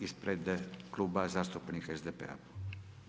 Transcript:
Ispred Kluba zastupnika SDP-a.